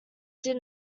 did